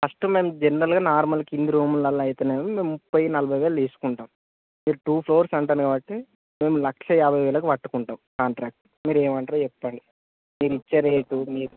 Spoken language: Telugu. ఫస్ట్ మేము జనరల్గా నార్మల్ కింద రూమ్లు ఆలా అయితేనేమో మేము ముప్పై నలభై వేలు తీసుకుంటాము మీరు టూ ఫ్లోర్స్ అంటున్నారు కాబట్టి మేము లక్ష యాభై వేలకు పట్టుకుంటాం కాంట్రాక్ట్ మీరు ఏమంటరు చెప్పండి మీరు ఇచ్చే రేటు మీ